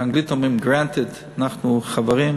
באנגלית אומרים "granted" חברים,